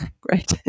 Great